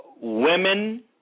women